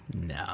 no